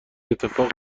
اتفاق